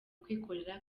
kwikorera